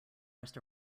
rest